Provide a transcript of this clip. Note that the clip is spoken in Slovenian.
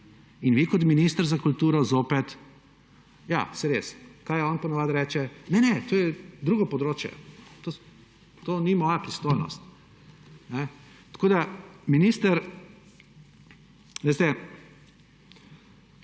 In vi kot minister za kulturo zopet … Ja, saj res, kaj on po navadi reče? Ne, ne, to je drugo področje, to ni moja pristojnost. Tako, minister, veste,